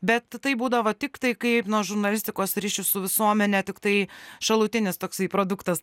bet tai būdavo tik tai kaip nuo žurnalistikos ryšių su visuomene tiktai šalutinis toksai produktas